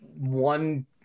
one